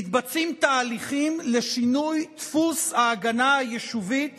מתבצעים תהליכים לשינוי דפוס ההגנה היישובית